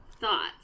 thoughts